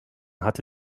hatte